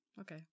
Okay